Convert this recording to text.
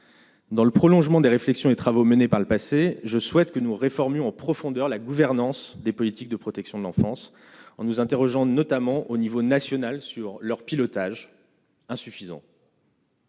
Dans le prolongement des réflexions et travaux menés par le passé, je souhaite que nous réformer en profondeur la gouvernance des politiques de protection de l'enfance en nous interrogeant notamment au niveau national sur leur pilotage insuffisant.